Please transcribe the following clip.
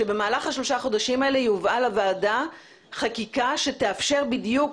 כשבמהלך השלושה החודשים האלה תובא לוועדה חקיקה שתאפשר בדיוק